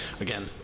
Again